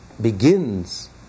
begins